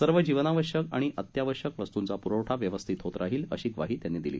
सर्व जीवनावश्यक आणि अत्यावश्यक वस्तुंचा पुरवठा व्यवस्थित होत राहील अशी ग्वाही त्यांनी दिली